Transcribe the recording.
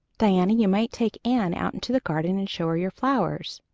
diana, you might take anne out into the garden and show her your flowers.